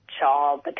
child